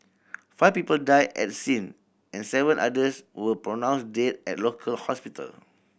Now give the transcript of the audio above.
five people died at the scene and seven others were pronounced dead at local hospital